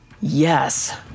Yes